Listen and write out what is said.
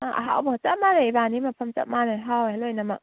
ꯑꯥ ꯑꯍꯥꯎꯕ ꯆꯞ ꯃꯥꯟꯅꯩ ꯏꯕꯥꯅꯤ ꯃꯐꯝ ꯆꯞ ꯃꯥꯟꯅꯩ ꯍꯥꯎꯋꯦ ꯂꯣꯏꯅꯃꯛ